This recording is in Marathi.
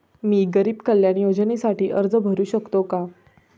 मी गरीब कल्याण योजनेसाठी अर्ज भरू शकतो का?